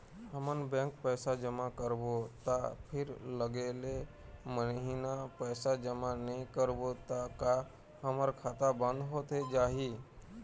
हमन बैंक पैसा जमा करबो ता फिर अगले महीना पैसा जमा नई करबो ता का हमर खाता बंद होथे जाही?